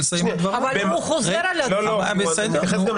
כתוב שלעניין מטרד לציבור אין הבדל אם האנשים שהמעשה או